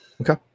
Okay